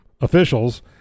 officials